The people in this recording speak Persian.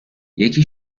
یکی